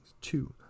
two